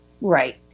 Right